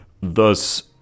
thus